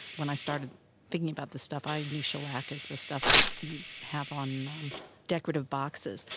when i started thinking about the stuff, i knew shellac as the stuff that you have on decorative boxes.